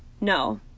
No